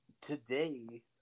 today